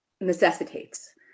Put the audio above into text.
necessitates